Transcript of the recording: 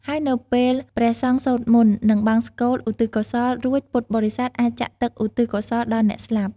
ហើយនៅពេលព្រះសង្ឃសូត្រមន្ត និងបង្សុកូលឧទ្ទិសកុសល រួចពុទ្ធបរិស័ទអាចចាក់ទឹកឧទ្ទិសកុសលដល់អ្នកស្លាប់។